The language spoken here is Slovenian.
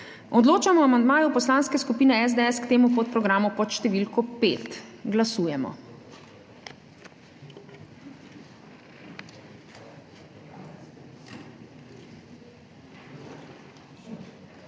Odločamo o amandmaju Poslanske skupine SDS k temu podprogramu pod številko 10. Glasujemo.